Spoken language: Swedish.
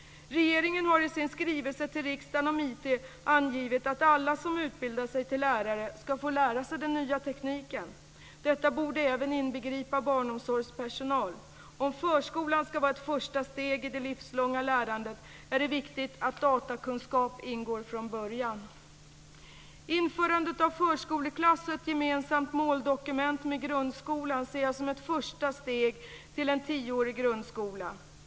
Regeringen har i sin skrivelse till riksdagen om IT angivit att alla som utbildar sig till lärare skall få lära sig den nya tekniken. Detta borde även inbegripa barnomsorgspersonal. Om förskolan skall vara ett första steg i det livslånga lärandet är det viktigt att datakunskap ingår från början. Införandet av förskoleklass och ett gemensamt måldokument med grundskolan ser jag som ett första steg till en tioårig grundskola.